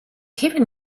heaven